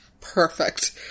perfect